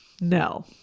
no